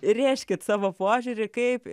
rėžkit savo požiūrį kaip